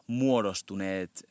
muodostuneet